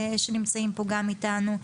שנמצאים פה גם איתנו,